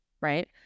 Right